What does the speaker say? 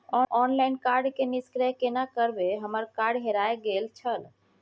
Online card के निष्क्रिय केना करबै हमर कार्ड हेराय गेल छल?